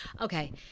okay